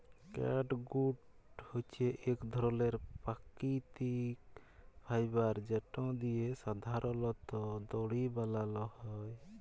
catgut হছে ইক ধরলের পাকিতিক ফাইবার যেট দিঁয়ে সাধারলত দড়ি বালাল হ্যয়